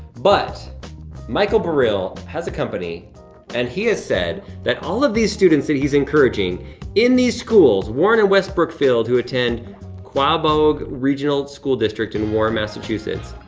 but michael barill has a company and he has said that all of these students that he's encouraging in these schools, warren and west brookfield, who attend quaboag regional school district in warren, massachusetts,